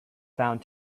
found